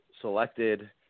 selected